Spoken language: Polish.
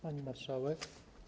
Pani Marszałek!